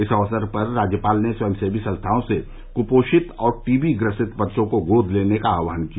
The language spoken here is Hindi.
इस अवसर पर राज्यपाल ने स्वयं सेवी संस्थाओं से कुपोषित और टीबी ग्रसित बच्चों को गोद लेने का आह्वान किया